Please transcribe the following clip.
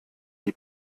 die